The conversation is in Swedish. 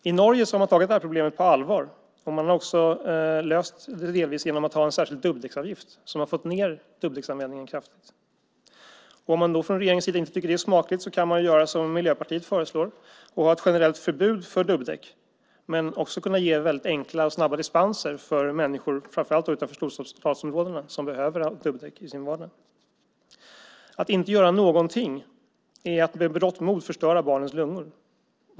I Norge har man tagit problemet på allvar och delvis löst det genom att ha en särskild dubbdäcksavgift. På så sätt har man fått ned dubbdäcksanvändningen kraftigt. Om man från regeringens sida inte tycker att det är smakligt kan man i stället göra som Miljöpartiet föreslår, nämligen ha ett generellt förbud för dubbdäck. Samtidigt ska man kunna ge enkla och snabba dispenser för människor, framför allt utanför storstadsområdena, som behöver dubbdäck i sin vardag. Att inte göra någonting är att med berått mod förstöra barnens lungor.